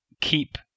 keep